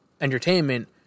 Entertainment